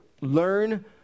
learn